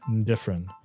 different